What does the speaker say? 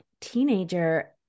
teenager